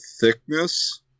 thickness